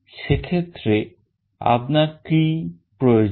সে ক্ষেত্রে আপনার কি প্রয়োজন